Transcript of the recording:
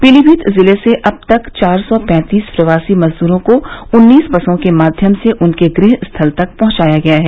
पीलीभीत जिले से अब तक चार सौ पैंतीस प्रवासी मजदूरों को उन्नीस बसों के माध्यम से उनके गृह स्थल तक पहुँचाया गया है